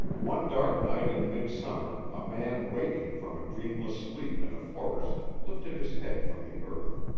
one dark night in midsummer a man waking from a dreamless sleep in a forest lifted his head from the earth,